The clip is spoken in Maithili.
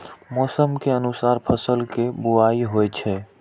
मौसम के अनुसार फसल के बुआइ होइ छै